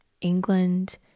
England